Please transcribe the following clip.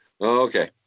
Okay